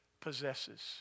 possesses